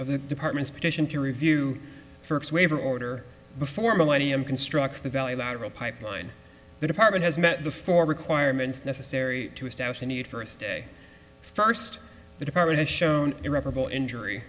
of the department's petition to review first waiver order before millennium constructs the value lateral pipeline the department has met before requirements necessary to establish the need for a stay first the department has shown irreparable injury